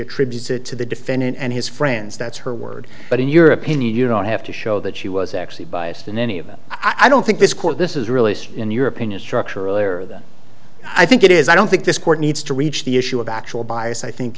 attributes it to the defendant and his friends that's her word but in your opinion you don't have to show that she was actually biased in any of that i don't think this court this is really in your opinion structurally or that i think it is i don't think this court needs to reach the issue of actual bias i think